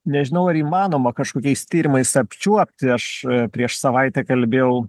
nežinau ar įmanoma kažkokiais tyrimais apčiuopti aš prieš savaitę kalbėjau